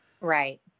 right